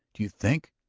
do you think.